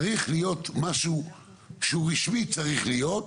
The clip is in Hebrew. צריך להיות משהו שהוא רשמי צריך להיות ,